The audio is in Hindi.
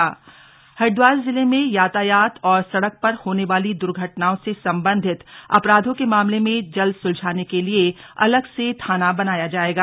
सडक सुरक्षा समिति बैठक हरिद्वार जिले में यातायात और सड़क पर होने वाली दुर्घटनाओं से सम्बन्धित अपराधों के मामले जल्द सुलझाने के लिए अलग से थाना बनाया जाएगा